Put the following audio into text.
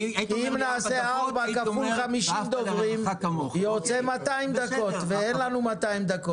אם נעשה 4 כפול 50 דוברים זה יוצא 200 דקות ואין לנו 200 דקות.